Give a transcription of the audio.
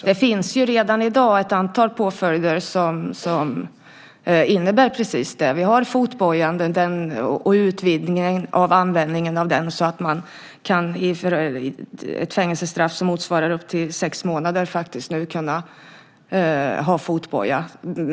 Fru talman! Det finns redan i dag ett antal påföljder i stället för långa fängelsestraff. Vi har fotbojan och utvidgningen av användningen av den. Vid fängelsestraff upp till sex månader kan man nu faktiskt ha fotboja.